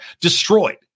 destroyed